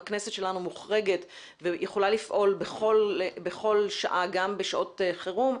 אם הכנסת שלנו מוחרגת ויכולה לפעול בכל שעה גם בשעות חירום,